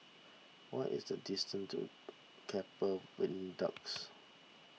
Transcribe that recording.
what is the distance to Keppel Viaducts